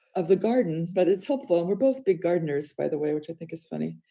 of the garden, but it's helpful. and we're both big gardeners, by the way, which i think is funny.